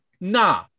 Nah